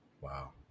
Wow